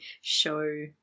show